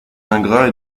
ingrats